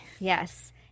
Yes